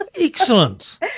Excellent